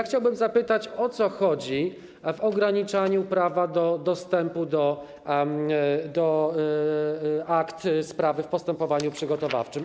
Chciałbym zapytać, o co chodzi w ograniczaniu prawa do dostępu do akt sprawy w postępowaniu przygotowawczym.